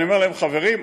אני אומר להם: חברים,